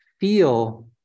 feel